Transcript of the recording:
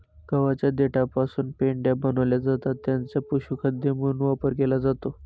गव्हाच्या देठापासून पेंढ्या बनविल्या जातात ज्यांचा पशुखाद्य म्हणून वापर केला जातो